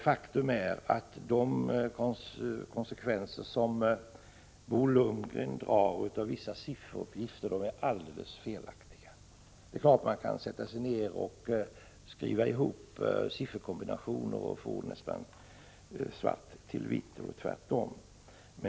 Faktum är dock att de konsekvenser som Bo Lundgren drar av vissa sifferuppgifter är alldeles felaktiga. Det är klart att man kan sätta sig ned och skriva sifferkombinationer och nästan få svart till vitt eller tvärtom.